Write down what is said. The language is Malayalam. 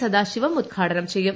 സദാശിവം ഉദ്ഘാടനം ്ചെയ്യും